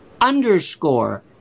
underscore